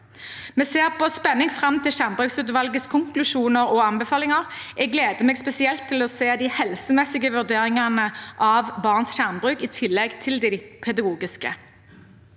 Vi ser med spenning fram til skjermbrukutvalgets konklusjoner og anbefalinger. Jeg gleder meg spesielt til å se de helsemessige vurderingene av barns skjermbruk i tillegg til de pedagogiske.